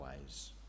ways